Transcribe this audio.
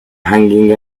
hanging